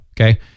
okay